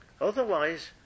Otherwise